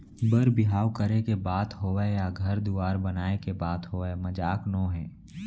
बर बिहाव करे के बात होवय या घर दुवार बनाए के बात होवय मजाक नोहे